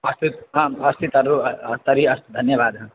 अस्तु आम् अस्ति तर्हि तर्हि अस्तु धन्यवादः